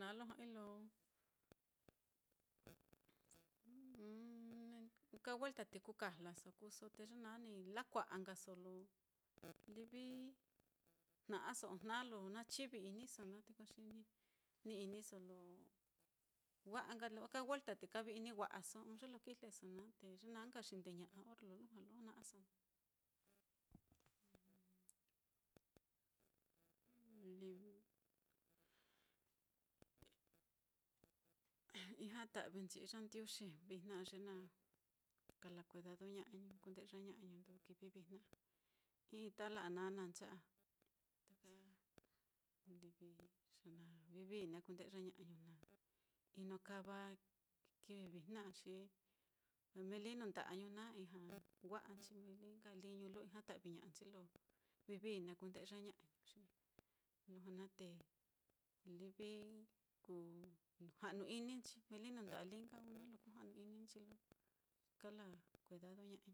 naá lo ja'ai lo ɨka welta te kú kajlaso kuuso, te ye naá ni lakua'a nkaso lo livi jna'aso ojna lo nachivi-iniso naá, te ko xi ni iniso lo wa'a nka lo ɨka welta te kavi-ini wa'aso ɨ́ɨ́n ye lo kijleso naá, te ye na nka xindeña'a orre lo lujua lo jna'aso naá. Ijña ta'vi nchi iyandiuxi vijna á ye na kala kuedadoña'ai, na kunde'yaña'ai nduu kivi vijna á, i'i ta la'a nana ncha'a, ta livi vivií na kunde'ya ña'ai, na inokava kivi vijna á, xi melii nuu nda'añu naá ijña wa'anchi, meeli nka liñu lo ijñata'vi ña'anchi, lo vivií na kunde'ya ña'añu, lujua naá te livi kuja'nu-ininchi meeli nuu nda'a li nkañu naá lo kuja'nu-ininchiye kala kuedadoña'añu.